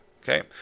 Okay